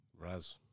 Raz